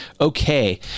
okay